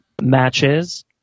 matches